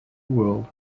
world